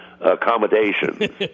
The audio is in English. accommodation